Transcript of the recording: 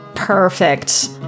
Perfect